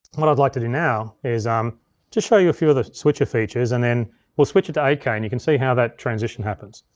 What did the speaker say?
what i'd like to do now is um just show you a few other switcher features and then we'll switch it to eight k, and you can see how that transition happens.